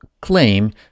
claim